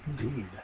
Indeed